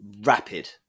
rapid